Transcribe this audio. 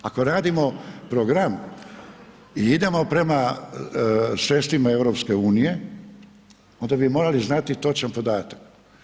Ako radimo program i idemo prema sredstvima EU onda bi morali znati točan podatak.